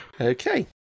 Okay